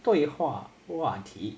对话话题